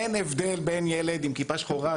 אין הבדל בין ילד עם כיפה שחורה,